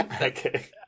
Okay